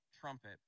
trumpet